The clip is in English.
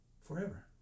forever